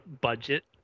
Budget